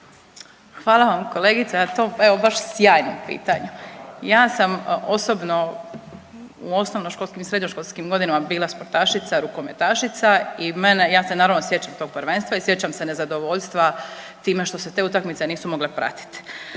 Hvala vam kolegice, a to evo baš sjajno pitanje. Ja sam osobno u osnovnoškolskim i srednjoškolskim godinama bila sportašica, rukometašica i mene, ja se naravno sjećam tog prvenstva i sjećam se nezadovoljstva time što se te utakmice nisu mogle pratiti.